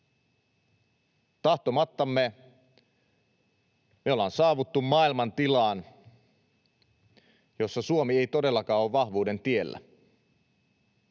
Tahtomattamme me ollaan saavuttu maailmantilaan, jossa Suomi ei todellakaan ole vahvuuden tiellä.